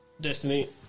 destiny